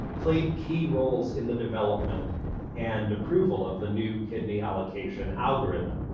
played key roles in the development and approval of the new kidney allocation algorithm.